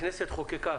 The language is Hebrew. הכנסת חוקקה